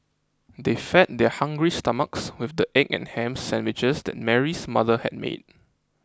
they fed their hungry stomachs with the egg and ham sandwiches that Mary's mother had made